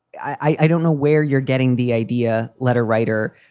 i don't know where you're getting the idea. letter writer,